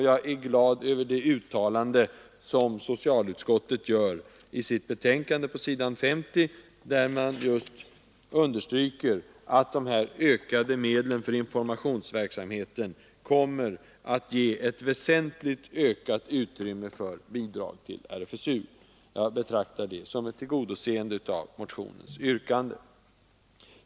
Jag är glad över det uttalande som socialutskottet gör på s. 50 i sitt betänkande, där man understryker att de ökade medlen för informationsverksamheten kommer att ge ett väsentligt större utrymme för bidrag åt RFSU. Jag betraktar detta som ett tillgodoseende av motionens yrkande.